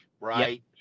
right